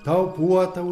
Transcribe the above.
tau puotą